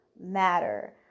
matter